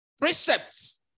precepts